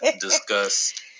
discuss